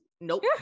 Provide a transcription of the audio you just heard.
nope